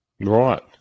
Right